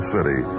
City